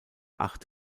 acht